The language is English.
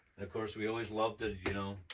of course, we always love to, you know